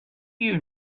you